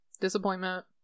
Disappointment